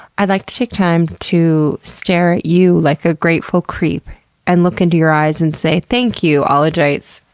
i'd like to take time to stare at you like a grateful creep and look into your eyes and say, thank you ah ologites,